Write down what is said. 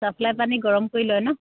supply পানী গৰম কৰি লয় ন